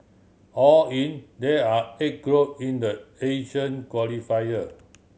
all in there are eight group in the Asian qualifier